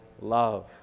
love